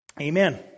Amen